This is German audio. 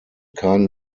kein